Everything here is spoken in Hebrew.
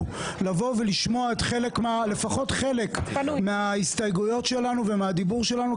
לבוא ולשמוע לפחות חלק מהסתייגויות שלנו ומהדיבורים שלנו,